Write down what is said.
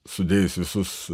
sudėjus visus